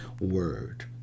word